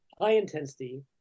high-intensity